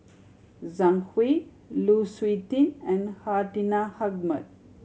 Zhang Hui Lu Suitin and Hartinah Ahmad